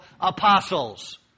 apostles